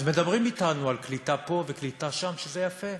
אז מדברים אתנו על קליטה פה וקליטה שם, שזה יפה.